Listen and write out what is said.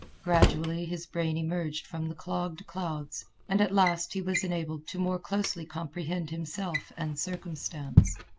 gradually his brain emerged from the clogged clouds, and at last he was enabled to more closely comprehend himself and circumstance.